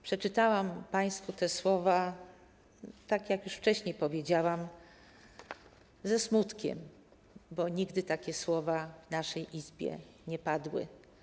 Przeczytałam państwu te słowa, tak jak już wcześniej powiedziałam, ze smutkiem, bo nigdy takie słowa w naszej Izbie nie padły.